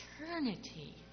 eternity